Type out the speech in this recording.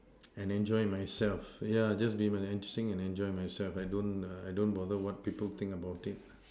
and enjoy myself yeah just be myself and sing and enjoy myself I don't err I don't bother what people think about it